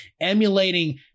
emulating